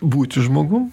būti žmogum